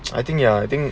I think ya I think